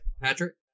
Patrick